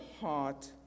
heart